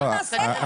מה נעשה לה?